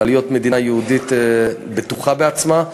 אלא להיות מדינה יהודית בטוחה בעצמה.